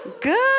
good